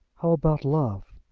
how about love?